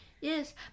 Yes